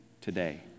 today